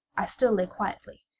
i still lay quietly,